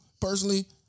personally